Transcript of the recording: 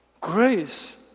Grace